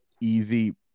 easy